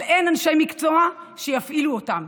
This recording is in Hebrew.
אבל אין אנשי מקצוע שיפעילו אותם,